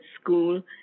school